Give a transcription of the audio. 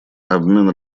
обмен